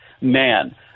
man